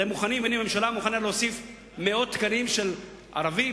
הממשלה מוכנה להוסיף מאות תקנים של ערבים,